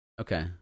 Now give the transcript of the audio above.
okay